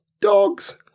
dogs